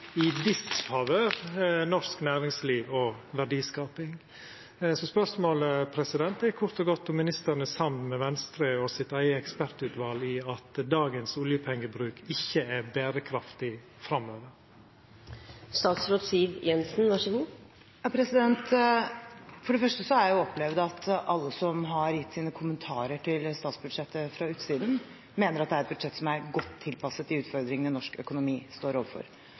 i disfavør av norsk næringsliv og verdiskaping. Så spørsmålet er kort og godt om ministeren er samd med Venstre og sitt eige ekspertutval i at dagens oljepengebruk ikkje er berekraftig framover? For det første har jeg opplevd at alle som har gitt sine kommentarer til statsbudsjettet fra utsiden, mener det er et budsjett som er godt tilpasset de utfordringene norsk økonomi står overfor.